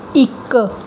ਇੱਕ